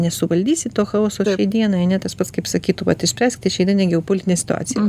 nesuvaldysit to chaoso dienai ane tas pats kaip sakytų vat išspręskit šiai dienai geopolitinę situaciją